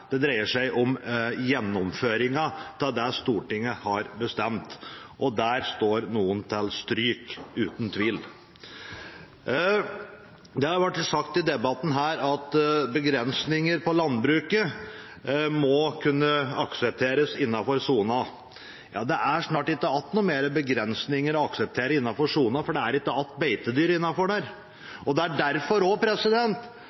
det dreier seg om gjennomføringen av det som Stortinget har bestemt, og der står noen til stryk – uten tvil! Det har vært sagt i debatten her at begrensninger i landbruket må kunne aksepteres innenfor sona, men det er snart ikke flere begrensninger igjen å akseptere innenfor sona, for det er ikke beitedyr